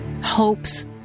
hopes